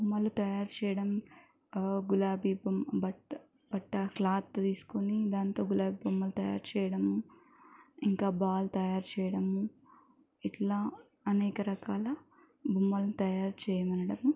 బొమ్మలు తయారు చేయడం గులాబీ బట్ బట్ట క్లాత్ తీసుకొని దాంతో గులాబీ బొమ్మలు తయారుచేయడం ఇంకా బాల్ తయారు చేయడం ఇట్లా అనేక రకాల బొమ్మలు తయారుచేయమనడం